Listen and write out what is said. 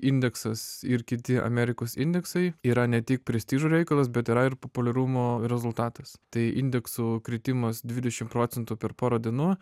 indeksas ir kiti amerikos indeksai yra ne tik prestižo reikalas bet yra ir populiarumo rezultatas tai indeksų kritimas dvidešim procentų per pora dienų